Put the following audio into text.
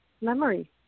memory